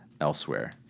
elsewhere